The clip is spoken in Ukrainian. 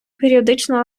періодично